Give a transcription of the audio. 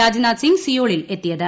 രാജ്നാഥ് സിംഗ് സീയോളിൽ എത്തിയത്